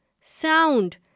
sound